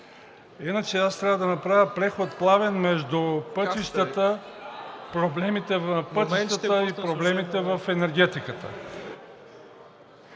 иначе трябва да направя главен преход между пътищата, проблемите на пътищата и проблемите в енергетиката.